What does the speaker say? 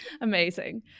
amazing